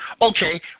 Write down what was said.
Okay